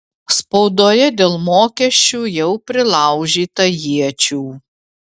spaudoje dėl mokesčių jau prilaužyta iečių